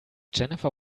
jennifer